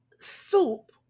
soup